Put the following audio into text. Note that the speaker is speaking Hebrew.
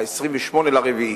28 באפריל,